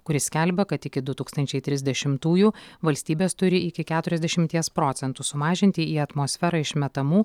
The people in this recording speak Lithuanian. kuris skelbia kad iki du tūkstančiai trisdešimtųjų valstybės turi iki keturiasdešimties procentų sumažinti į atmosferą išmetamų